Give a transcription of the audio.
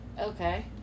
Okay